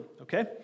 Okay